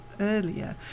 earlier